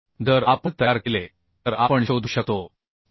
जर आपण तयार केले तर आपण शोधू शकतो 34